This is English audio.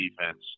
defense